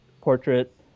portrait